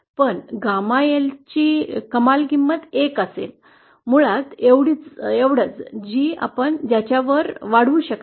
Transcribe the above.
पण गॅमा एलची कमाल किंमत १ असेल मुळात एवढंच जी आपण ज्याच्या वर वाढवू शकत नाही